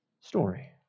story